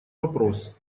вопрос